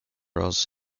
ross